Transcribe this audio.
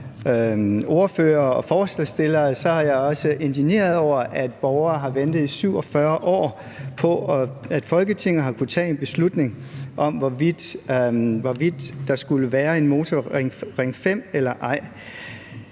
ordførere og forslagsstillerne er jeg også indigneret over, at borgere har ventet i 47 år på, at Folketinget skulle tage en beslutning om, hvorvidt der skulle være en Ring 5-motorvej